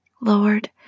Lord